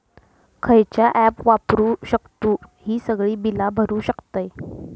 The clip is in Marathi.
खयचा ऍप वापरू शकतू ही सगळी बीला भरु शकतय?